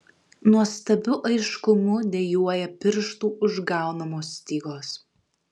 nuostabiu aiškumu dejuoja pirštų užgaunamos stygos